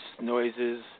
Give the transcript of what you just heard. noises